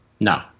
No